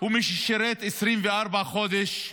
הוא מי ששירת 24 חודש מלאים,